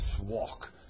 walk